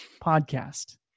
podcast